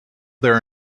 their